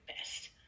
best